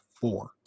four